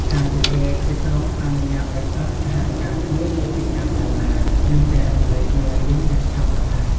ការជជែកជាក្រុមអនុញ្ញាតឱ្យសិស្សសហការគ្នាលើកិច្ចការសាលា និងចែករំលែកមេរៀនយ៉ាងឆាប់រហ័ស។